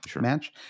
match